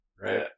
right